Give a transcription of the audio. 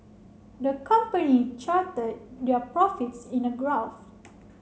the company charted their profits in a graph